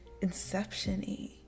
Inception-y